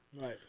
Right